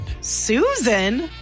Susan